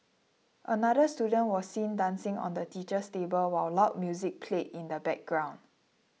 another student was seen dancing on the teacher's table while loud music played in the background